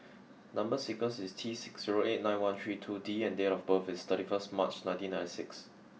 number sequence is T six zero eight nine one three two D and date of birth is thirty first March nineteen ninety six